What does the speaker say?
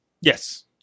Yes